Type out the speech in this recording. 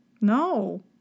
No